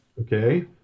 Okay